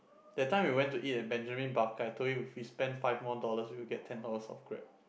that time we went to eat at Benjamin-Barker I told you if we spend five more dollars we will get ten dollars off Grab